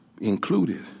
included